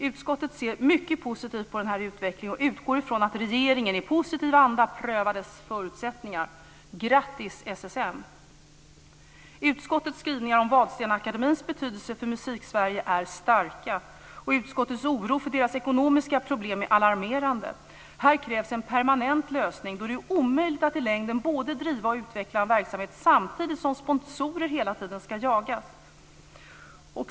Utskottet ser mycket positivt på den här utvecklingen och utgår från att regeringen i positiv anda prövar dess förutsättningar. Grattis, SSM! Utskottets skrivningar om Vadstena-Akademiens betydelse för Musiksverige är starka. Utskottets oro för dess ekonomiska problem är alarmerande. Här krävs en permanent lösning. Det är omöjligt att i längden både driva och utveckla en verksamhet, samtidigt som sponsorer hela tiden ska jagas.